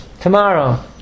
tomorrow